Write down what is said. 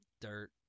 Dirt